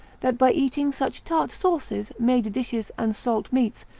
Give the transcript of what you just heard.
that by eating such tart sauces, made dishes, and salt meats,